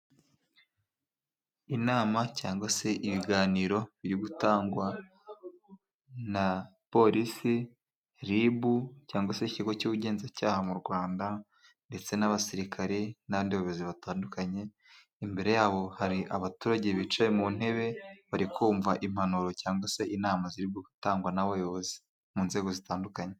Inama cyangwa se ibiganiro biri gutangwa na polisi, ribu cyangwa se ikigo cy'ubugenzacyaha mu rwanda ndetse n'abasirikare n'abandi bayobozi batandukanye, imbere yabo hari abaturage bicaye mu ntebe bari kumva impanuro cyangwa se inama zirimo gutangwa n'abayobozi mu nzego zitandukanye.